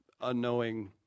unknowing